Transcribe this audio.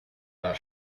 war